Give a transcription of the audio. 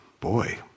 boy